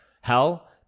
Hell